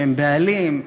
שהם בעלים,